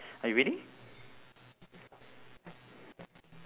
are you ready